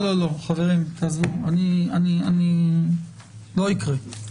לא, לא, לא, חברים, תעזבו, לא יקרה.